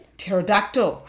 Pterodactyl